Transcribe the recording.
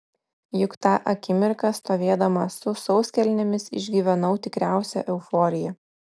juk tą akimirką stovėdama su sauskelnėmis išgyvenau tikriausią euforiją